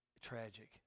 tragic